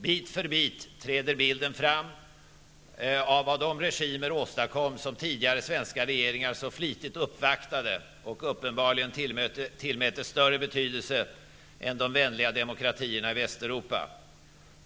Bit för bit träder bilden fram av vad de regimer åstadkom som tidigare svenska regeringar så flitigt uppvaktade och uppenbarligen tillmätte större betydelse än de vänliga demokratierna i Västeuropa.